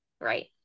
Right